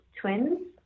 twins